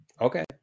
Okay